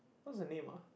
what's her name ah